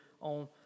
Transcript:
on